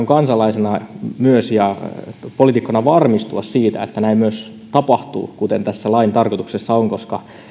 kansalaisena myös ja poliitikkona varmistua siitä että näin myös tapahtuu kuten tässä lain tarkoituksessa on koska